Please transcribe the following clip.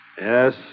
Yes